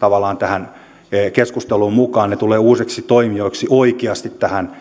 tavallaan tähän keskusteluun mukaan ne tulevat uusiksi toimijoiksi oikeasti tähän